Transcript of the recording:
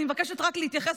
אני מבקשת רק להתייחס,